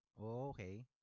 Okay